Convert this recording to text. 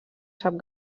sap